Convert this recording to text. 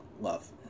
love